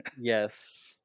Yes